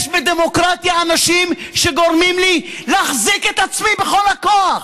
יש בדמוקרטיה אנשים שגורמים לי להחזיק את עצמי בכל הכוח.